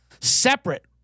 separate